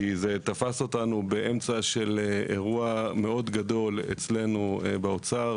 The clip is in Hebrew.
זה תפס אותנו באמצע אירוע מאוד גדול אצלנו, באוצר.